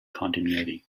continuity